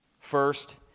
First